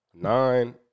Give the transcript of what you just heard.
nine